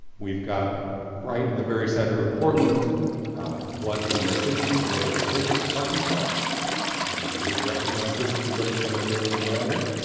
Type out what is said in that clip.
we've got right in the very center of portland what in the sixty s was a surface parking lot and you'll recognize this if you look at some of the buildings around it,